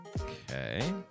Okay